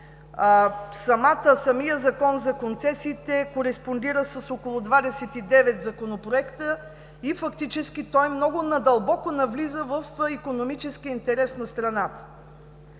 Самият Закон за концесиите кореспондира с около 29 законопроекта и фактически той навлиза много надълбоко в икономическия интерес на страната.